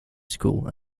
school